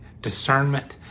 Discernment